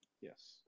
Yes